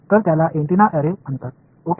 तर त्याला antenna array म्हणतात ओके